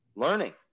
learning